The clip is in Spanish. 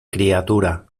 criatura